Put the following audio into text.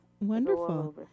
Wonderful